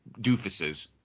doofuses